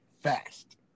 Fast